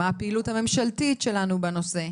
מהי הפעילות הממשלתית שלנו בנושא?